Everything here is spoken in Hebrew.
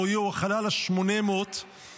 רואי הוא החלל ה-800 מצה"ל.